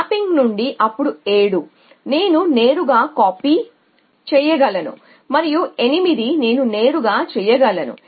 mapping నుండి అప్పుడు 7 నేను నేరుగా కాపీ చేయగలను మరియు 8 నేను నేరుగా చేయగలను